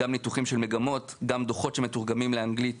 ניתוחים של מגמות ודוחות שמתורגמים לאנגלית